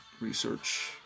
research